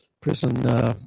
prison